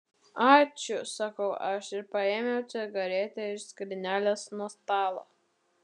ačiū sakau aš ir paėmiau cigaretę iš skrynelės nuo stalo